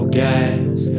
gas